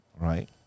right